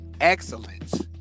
excellence